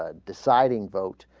ah deciding vote